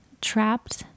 trapped